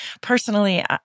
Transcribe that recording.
personally